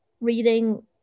reading